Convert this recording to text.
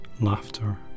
laughter